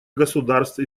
государств